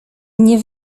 nie